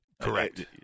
Correct